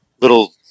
little